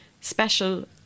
special